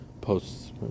posts